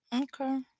okay